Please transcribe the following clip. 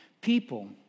people